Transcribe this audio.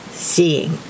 Seeing